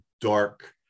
dark